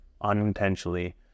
unintentionally